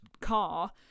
car